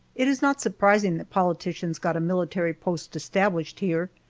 it is not surprising that politicians got a military post established here,